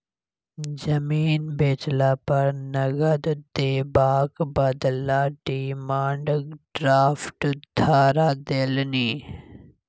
जमीन बेचला पर नगद देबाक बदला डिमांड ड्राफ्ट धरा देलनि